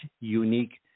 unique